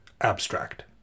abstract